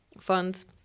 Funds